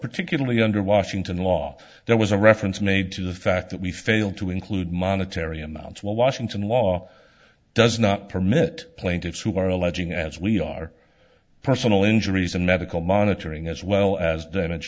particularly under washington law there was a reference made to the fact that we fail to include monetary amounts while washington law does not permit plaintiffs who are alleging as we are personal injuries and medical monitoring as well as damage